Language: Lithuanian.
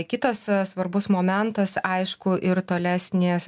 kitas svarbus momentas aišku ir tolesnės